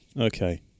Okay